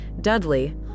Dudley